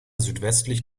südwestlich